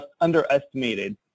underestimated